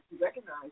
recognize